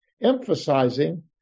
emphasizing